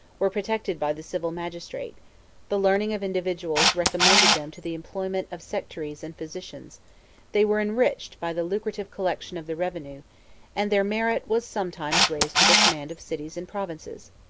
were protected by the civil magistrate the learning of individuals recommended them to the employments of secretaries and physicians they were enriched by the lucrative collection of the revenue and their merit was sometimes raised to the command of cities and provinces.